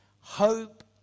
Hope